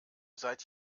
seid